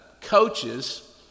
coaches